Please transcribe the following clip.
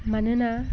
मानोना